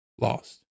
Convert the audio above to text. lost